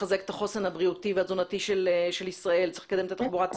לסקירה קצרה של פרופ' נתן זוסמן.